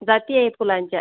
जाती आहेत फुलांच्या